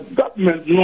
government